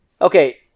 Okay